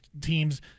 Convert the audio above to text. teams